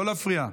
לא להפריע.